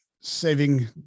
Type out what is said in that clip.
saving